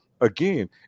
again